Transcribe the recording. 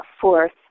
fourth